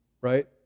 Right